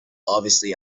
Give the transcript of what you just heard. obviously